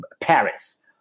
Paris